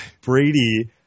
Brady